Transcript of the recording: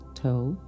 toe